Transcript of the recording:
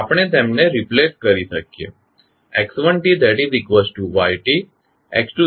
આપણે બદલી શકીએ x1tyt x2tdydt